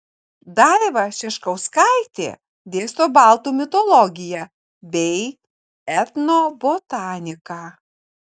daiva šeškauskaitė dėsto baltų mitologiją bei etnobotaniką